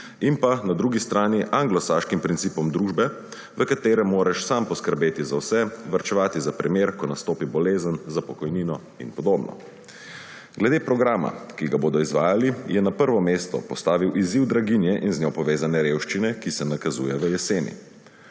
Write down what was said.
in pa na drugi strani anglosaškim principom družbe, v katerem moraš sam poskrbeti za vse, varčevati za primer, ko nastopi bolezen, za pokojnino in podobno. Glede programa, ki ga bodo izvajali, je na prvo mesto postavil izziv draginje in z njo povezane revščine, ki se nakazuje v jeseni.